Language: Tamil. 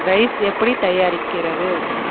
ரைஸ் எப்படி தயாரிக்கிறது